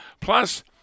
Plus